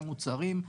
בכללי.